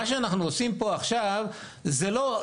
מה שאנחנו עושים פה עכשיו זה לא,